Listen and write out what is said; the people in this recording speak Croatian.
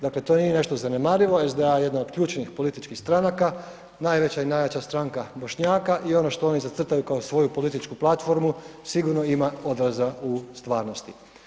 Dakle to nije nešto zanemarivo, SDA je jedna od ključnih političkih stranaka, najveća i najjača stranka Bošnjaka i ono što oni zacrtaju kao svoju političku platformu sigurno ima odraza u stvarnosti.